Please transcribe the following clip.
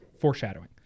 foreshadowing